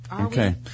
Okay